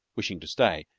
wishing to stay,